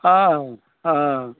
हँ हँ